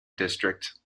district